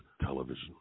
television